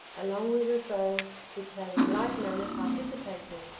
along with the souls which have in like manner participated,